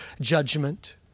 judgment